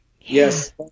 Yes